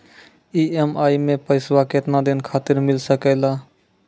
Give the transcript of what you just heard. EMI मैं पैसवा केतना दिन खातिर मिल सके ला?